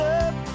up